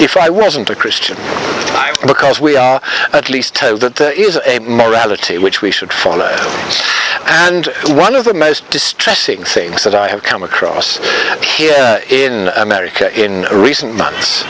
if i wasn't a christian because we are at least that there is a morality which we should follow and one of the most distressing things that i have come across here in america in recent months